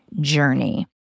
Journey